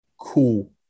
cool